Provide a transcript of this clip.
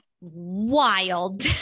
wild